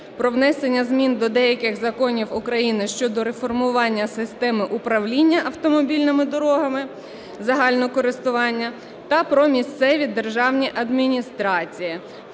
"Про внесення змін до деяких законів України щодо реформування системи управління автомобільними дорогами загального користування" та "Про місцеві державні адміністрації".